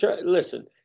listen